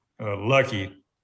lucky